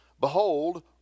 Behold